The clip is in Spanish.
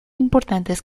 importantes